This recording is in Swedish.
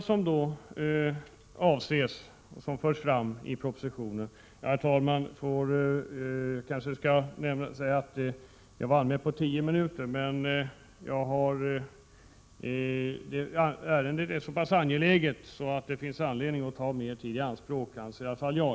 Jag hade anmält mig för tio minuters anförande, men jag behöver ytterligare tid, eftersom jag anser att detta är en mycket viktig fråga.